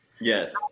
Yes